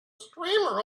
streamer